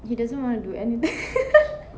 he doesn't want to do anything